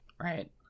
Right